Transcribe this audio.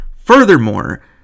Furthermore